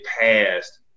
passed